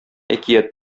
әкият